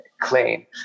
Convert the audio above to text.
claim